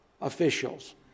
officials